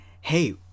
hey